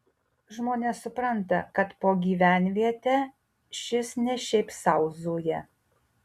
žmonės supranta kad po gyvenvietę šis ne šiaip sau zuja